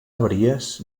avaries